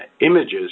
images